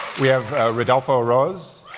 we have rodolfo ross,